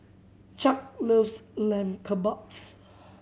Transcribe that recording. Chuck loves Lamb Kebabs